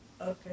Okay